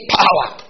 power